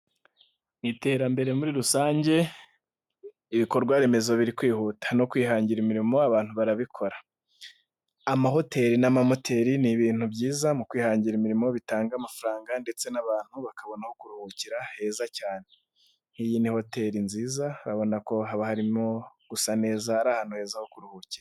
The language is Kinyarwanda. Iterambere muri rusange, ibikorwa remezo biri kwihuta no kwihangira imirimo abantu barabikora, amahoteli n'amamoteri ni ibintu byiza mu kwihangira imirimo bitanga amafaranga ndetse n'abantu bakabona kuruhukira heza cyane. Iyi ni hoteli nziza uraabona ko haba harimo gusa neza, ari ahantu heza ho kuruhukira.